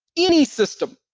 any system.